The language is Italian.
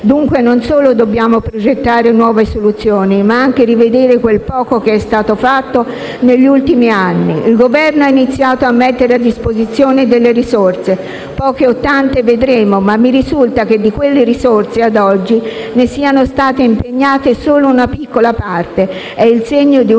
Dunque dobbiamo non solo progettare nuove soluzioni, ma anche rivedere quel poco che è stato fatto negli ultimi anni. Il Governo ha iniziato a mettere a disposizione delle risorse (poche o tante, vedremo), ma mi risulta che di quelle risorse - ad oggi - ne sia stata impegnata solo una piccola parte: è il segno di un limite